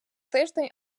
тиждень